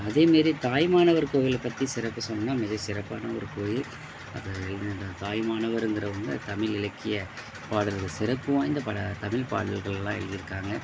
அதே மாரி தாயுமானவர் கோவிலைப் பற்றி சிறப்பு சொன்னால் மிகச்சிறப்பான ஒரு கோயில் அது என்ன தான் தாயுமானவருங்கிறவங்க தமிழ் இலக்கியப் பாடல்கள் சிறப்பு வாய்ந்த பல தமிழ் பாடல்கள்லாம் எழுதிருக்காங்க